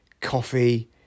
coffee